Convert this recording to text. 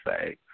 say